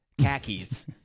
khakis